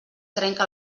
trenca